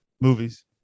movies